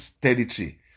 territory